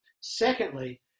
Secondly